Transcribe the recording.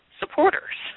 supporters